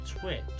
twitch